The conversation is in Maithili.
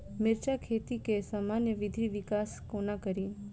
मिर्चा खेती केँ सामान्य वृद्धि विकास कोना करि?